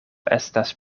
estas